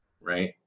Right